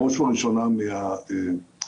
בראש ובראשונה מהחתונות,